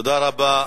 תודה רבה.